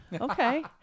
Okay